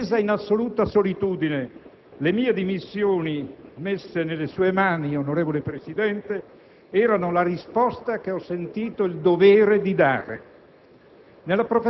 Prese in assoluta solitudine, le mie dimissioni messe nelle sue mani, onorevole Presidente, erano la risposta che ho sentito il dovere di dare.